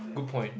good point